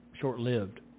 short-lived